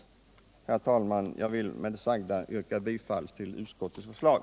Herr talman! Jag vill med det sagda yrka bifall till utskottets hemställan.